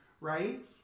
right